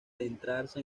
adentrarse